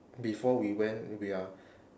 before we went we are